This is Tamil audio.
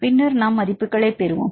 பின்னர் நாம் மதிப்புகளைப் பெறுவோம்